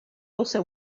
also